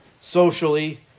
socially